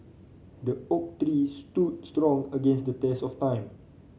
the oak stood strong against the test of time